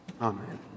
Amen